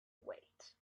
wait